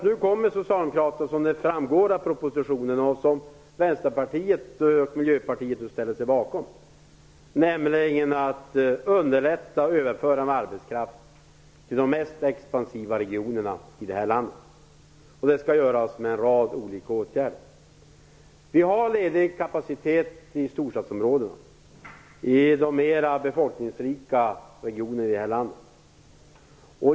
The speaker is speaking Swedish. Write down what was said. Nu kommer Socialdemokraterna - det framgår av propositionen - att med stöd av Vänsterpartiet och Miljöpartiet underlätta överföring av arbetskraft till de mest expansiva regionerna i det här landet. Det skall göras med en rad olika åtgärder. Vi har ledig kapacitet i storstadsområdena, i de mera befolkningsrika regionerna i landet.